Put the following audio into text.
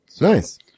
Nice